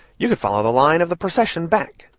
you could follow the line of the procession back,